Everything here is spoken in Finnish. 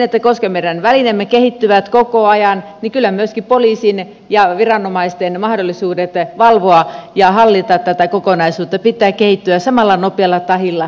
ja koska meidän välineemme kehittyvät koko ajan niin kyllä myöskin poliisin ja viranomaisten mahdollisuuksien valvoa ja hallita tätä kokonaisuutta pitää kehittyä samalla nopealla tahdilla eteenpäin